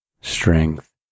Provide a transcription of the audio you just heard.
strength